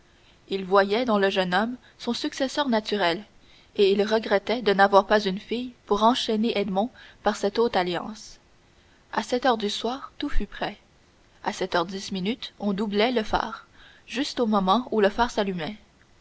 il voyait dans le jeune homme son successeur naturel et il regrettait de n'avoir pas une fille pour enchaîner edmond par cette haute alliance à sept heures du soir tout fut prêt à sept heures dix minutes on doublait le phare juste au moment où le phare s'allumait